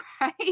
right